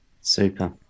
super